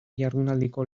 jardunaldiko